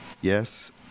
Yes